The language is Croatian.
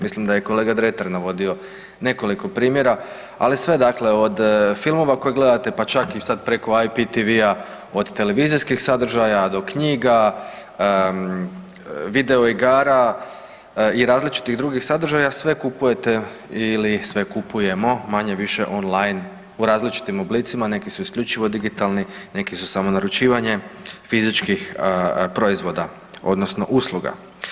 Mislim da je kolega Dretar navodio nekoliko primjera, ali sve od filmova koje gledate pa čak i preko sa IPTV-a od televizijskih sadržaja do knjiga, videoigara i različitih drugih sadržaja sve kupujemo ili sve kupujemo manje-više online u različitim oblicima, neki su isključivo digitalni, neki su samo naručivanje fizičkih proizvoda odnosno usluga.